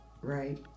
right